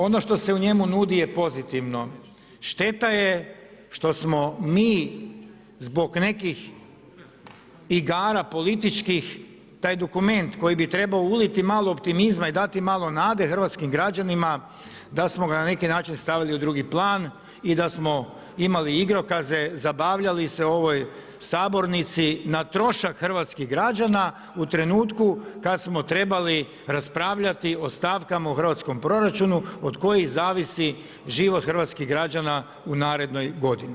Ono što se u njemu nudi je pozitivno, šteta je što smo mi zbog nekih igara političkih taj dokument koji bi trebao uliti malo optimizma i dati malo nade hrvatskim građanima da smo ga na neki način stavili u drugi plan i da smo imali igrokaze, zabavljali se u ovoj sabornici na trošak hrvatskih građana u trenutku kada smo trebali raspravljati o stavkama u hrvatskom proračunu od kojih zavisi život hrvatskih građana u narednoj godini.